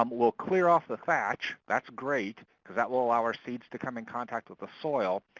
um we'll clear off the thatch. that's great, because that will allow our seeds to come in contact with the soil.